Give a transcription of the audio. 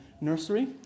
nursery